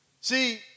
See